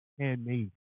Handmade